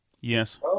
yes